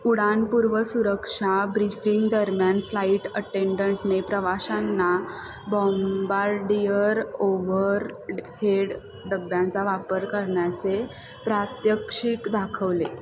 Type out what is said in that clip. उडानपूर्व सुरक्षा ब्र्रीफिंग दरम्यान फ्लाईट अटेंडंटने प्रवाशांना बॉम्बारडिअर ओव्हर हेड डब्यांचा वापर करण्याचे प्रात्यक्षिक दाखवले